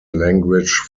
language